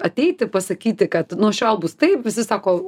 ateiti pasakyti kad nuo šiol bus taip visi sako